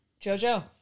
JoJo